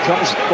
Comes